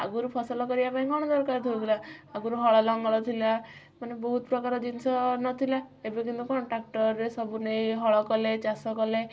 ଆଗରୁ ଫସଲ କରିବା ପାଇଁ କ'ଣ ଦରକାର ହଉଥିଲା ଆଗରୁ ହଳ ଲଙ୍ଗଳ ଥିଲା ମାନେ ବହୁତ ପ୍ରକାର ଜିନିଷ ନ ଥିଲା ଏବେ କିନ୍ତୁ କ'ଣ ଟ୍ରାକ୍ଟରରେ ସବୁ ନେଇ ହଳ କଲେ ଚାଷ କଲେ